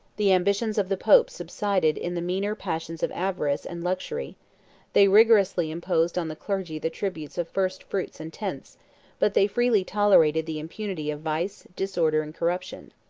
the ambition of the popes subsided in the meaner passions of avarice and luxury they rigorously imposed on the clergy the tributes of first-fruits and tenths but they freely tolerated the impunity of vice, disorder, and corruption.